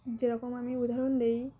যেরকম আমি উদাহরণ দিই